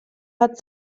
hat